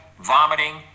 vomiting